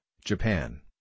Japan